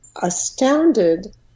astounded